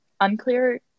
Unclear